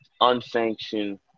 unsanctioned